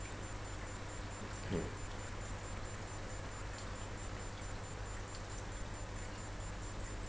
mm